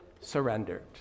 surrendered